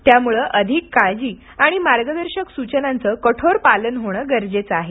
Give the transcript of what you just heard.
त्यामुळे अधिक काळजी आणि मार्गदर्शक सुचनांचं कठोर पालन होणं गरजेचं आहे